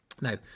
Now